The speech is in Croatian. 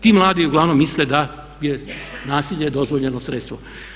Ti mladi uglavnom misle da nasilje dozvoljeno sredstvo.